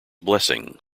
blessing